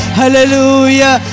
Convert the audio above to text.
hallelujah